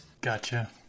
Gotcha